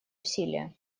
усилия